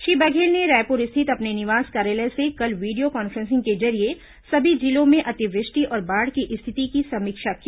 श्री बघेल ने रायपुर स्थित अपने निवास कार्यालय से कल video conferencing जरिये सभी जिलों में अतिवृष्टि और बाढ़ की स्थिति की समीक्षा की